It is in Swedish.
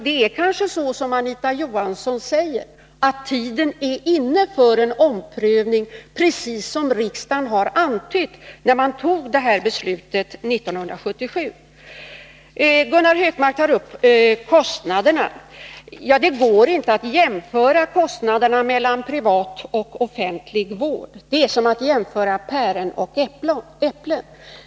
Det är kanske så som Anita Johansson säger, att tiden är inne för en omprövning, precis som riksdagen har antytt när man tog beslutet 1977. Gunnar Hökmark tar upp kostnaderna. Men det går inte att jämföra kostnaderna mellan privat och offentlig vård. Det är som att jämföra päron och äpplen.